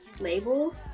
label